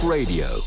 Radio